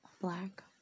Black